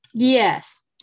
Yes